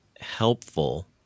helpful